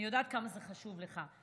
אני יודעת כמה זה חשוב לך.